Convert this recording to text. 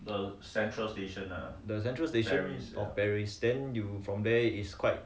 the central station from paris then you from there is quite